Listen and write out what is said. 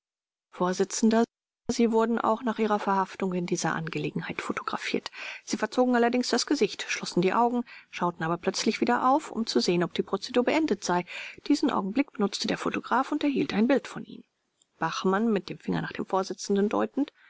vors sie wurden auch nach ihrer verhaftung in dieser angelegenheit photographiert sie verzogen allerdings das gesicht schlossen die augen schauten aber plötzlich wieder auf um zu sehen ob die prozedur beendet sei diesen augenblick benutzte der photograph und erhielt ein bild von ihnen bachmann mit dem finger nach dem vorsitzenden